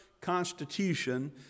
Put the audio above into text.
constitution